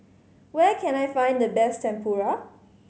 where can I find the best Tempura